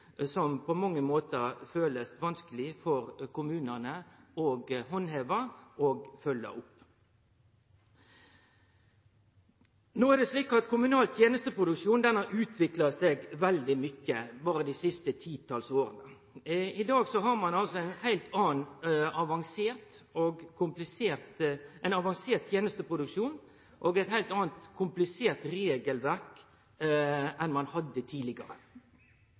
som på mange måtar kjennest vanskeleg for kommunane å handheve og følgje opp. Kommunal tenesteproduksjon har utvikla seg veldig mykje berre dei siste titals åra. I dag har ein ein avansert tenesteproduksjon og eit heilt anna og meir komplisert regelverk enn ein hadde tidlegare.